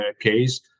case